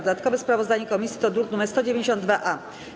Dodatkowe sprawozdanie komisji to druk nr 192-A.